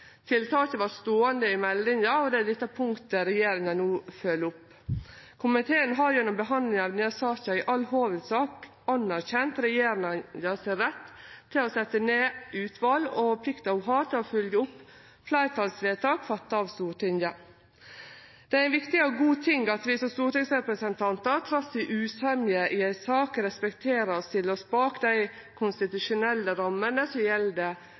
Tiltaket vart ståande i meldinga, og det er dette punktet regjeringa nå følgjer opp. Komiteen har gjennom behandlinga av denne saka i all hovudsak anerkjent regjeringas rett til å setje ned utval og plikta ho har til å følgje opp fleirtalsvedtak fatta av Stortinget. Det er ein viktig og god ting at vi som stortingsrepresentantar trass i usemje i ei sak respekterer og stiller oss bak dei konstitusjonelle rammene som gjeld